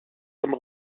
comme